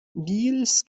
nils